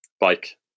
bike